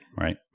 Right